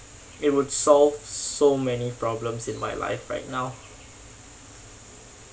it would solve so many problems in my life right now